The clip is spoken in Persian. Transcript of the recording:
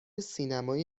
سینمای